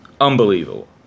Unbelievable